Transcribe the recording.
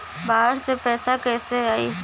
बाहर से पैसा कैसे आई?